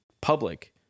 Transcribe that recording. public